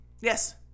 Yes